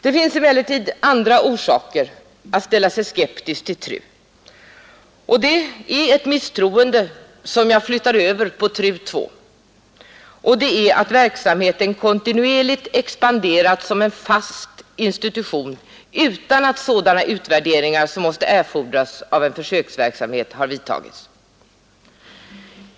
Det finns emellertid andra orsaker att ställa sig skeptisk till TRU — och det är ett misstroende som jag flyttar över på TRU II — nämligen att verksamheten kontinuerligt expanderat som en fast institution utan att sådana utvärderingar som måste erfordras av en försöksverksamhet har gjorts.